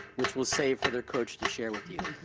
which we'll save for their coach to share with you.